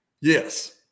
yes